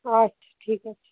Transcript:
আচ্ছা ঠিক আছে